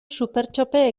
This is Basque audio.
supertxope